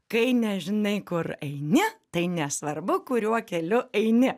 kai nežinai kur eini tai nesvarbu kuriuo keliu eini